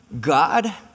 God